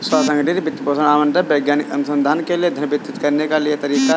स्व संगठित वित्त पोषण आवंटन वैज्ञानिक अनुसंधान के लिए धन वितरित करने का एक तरीका हैं